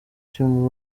team